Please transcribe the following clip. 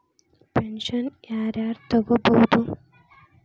Pension ಯಾರ್ ಯಾರ್ ತೊಗೋಬೋದು?